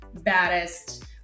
baddest